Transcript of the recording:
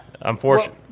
unfortunately